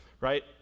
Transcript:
right